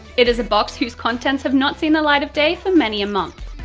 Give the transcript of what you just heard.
it is a box whose contents have not seen the light of day for many a month.